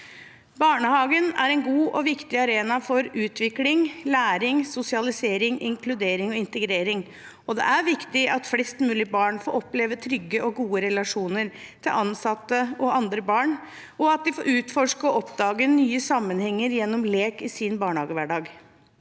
Barnehagen er en god og viktig arena for utvikling, læring, sosialisering, inkludering og integrering. Det er viktig at flest mulig barn får oppleve trygge og gode relasjoner til ansatte og andre barn, og at de får utforske og oppdage nye sammenhenger gjennom lek i sin barnehagehverdag.